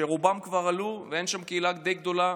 שרובם כבר עלו ואין שם קהילה גדולה,